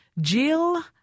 Jill